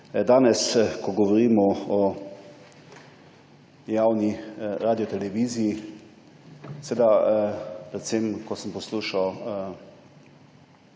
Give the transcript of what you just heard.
Danes, ko govorimo o javni radioteleviziji, predvsem ko sem poslušal